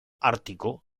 ártico